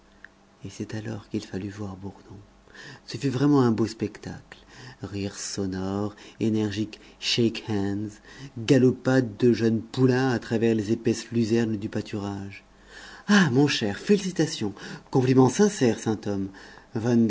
et c'est alors qu'il fallut voir bourdon ce fut vraiment un beau spectacle rires sonores énergiques shake hands galopades de jeune poulain à travers les épaisses luzernes du pâturage ah mon cher félicitations compliments sincères